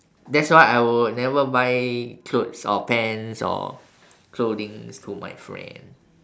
that's why I would never buy clothes or pants or clothings to my friend